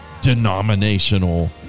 denominational